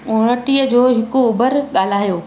उणिटीह जो हिकु उबर ॻाल्हायो